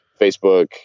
Facebook